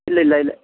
ഇല്ല ഇല്ല ഇല്ല